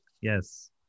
Yes